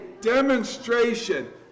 demonstration